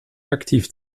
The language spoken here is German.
aktiv